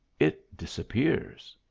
it disappears.